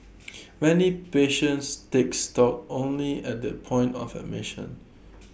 many patients take stock only at the point of admission